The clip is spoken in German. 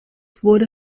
wurde